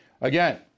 Again